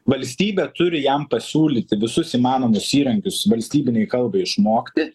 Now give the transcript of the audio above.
valstybė turi jam pasiūlyti visus įmanomus įrankius valstybinei kalbai išmokti